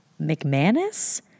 McManus